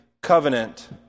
covenant